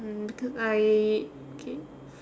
mm because I okay